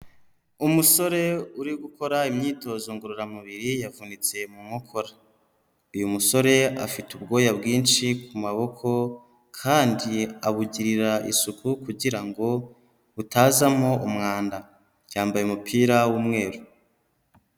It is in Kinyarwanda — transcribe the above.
Umusore uri gukora imyitozo ngororamubiri yavunitse mu nkokora uyu musore afite ubwoya bwinshi ku maboko kandi abugirira isuku kugira ngo butazamo umwanda yambaye umupira w'umweru.